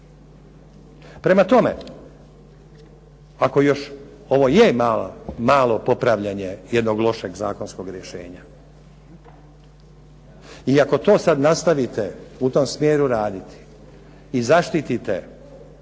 Prema tome, ako još ovo je malo popravljanje jednog lošeg zakonskog rješenja, i ako to sad nastavite u tom smjeru raditi i zaštitite